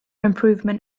improvement